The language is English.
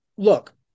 Look